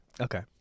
okay